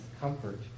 comfort